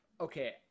Okay